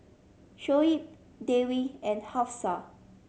Shoaib Dewi and Hafsa